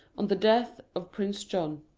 on the death of prince john.